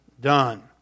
done